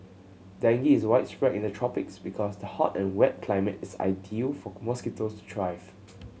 dengue is widespread in the tropics because the hot and wet climate is ideal for mosquitoes to thrive